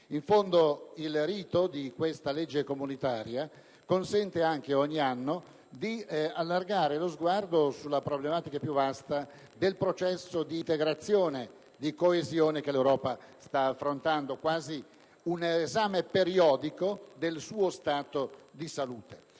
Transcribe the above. il rito di questa legge comunitaria consente ogni anno di allargare lo sguardo sulla problematica più vasta del processo di integrazione e coesione che l'Europa sta affrontando, quasi un esame periodico del suo stato di salute.